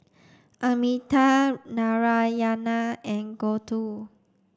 Amitabh Narayana and Gouthu